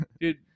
dude